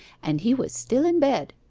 and he was still in bed.